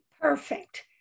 Perfect